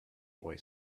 boy